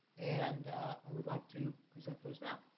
and i'd like to present those now.